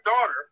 daughter